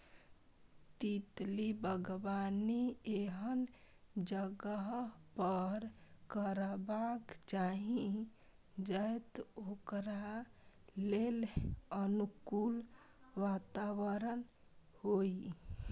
तितली बागबानी एहन जगह पर करबाक चाही, जतय ओकरा लेल अनुकूल वातावरण होइ